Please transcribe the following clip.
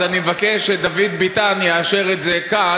אז אני מבקש שדוד ביטן יאשר את זה כאן,